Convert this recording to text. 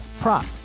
Prop